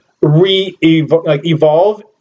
re-evolve